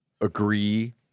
agree